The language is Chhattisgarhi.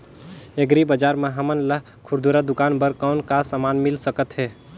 एग्री बजार म हमन ला खुरदुरा दुकान बर कौन का समान मिल सकत हे?